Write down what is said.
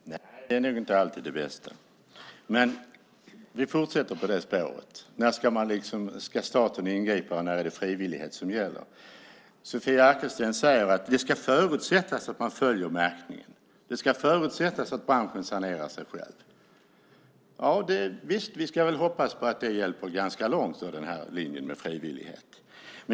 Fru talman! Det är nog inte alltid det bästa. Vi fortsätter på det spåret. När ska staten ingripa, och när är det frivillighet som gäller? Sofia Arkelsten säger att det ska förutsättas att branschen följer märkningen och att branschen sanerar sig själv. Visst ska vi hoppas på att linjen med frivillighet räcker ganska långt.